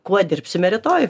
kuo dirbsime rytojui